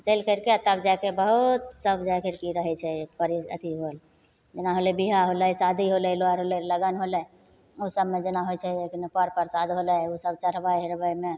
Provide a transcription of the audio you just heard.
चलि करिके तब जायके बहुत सब जा करिके ई रहय छै अथी होल जेना होलय बिहा होलय शादी होलय लर होलय लगन होलय उ सबमे जेना होइ छै पर प्रसाद होलय उ सब चढ़बय मे